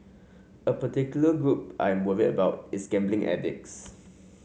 a particular group I am worried about is gambling addicts